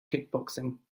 kickboxing